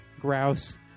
grouse